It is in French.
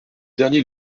dernier